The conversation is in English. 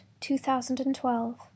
2012